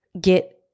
get